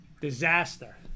Disaster